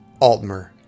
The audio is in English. Altmer